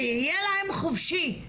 שיהיה להם חופשי,